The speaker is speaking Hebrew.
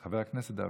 חבר הכנסת דוידסון,